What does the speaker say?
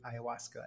ayahuasca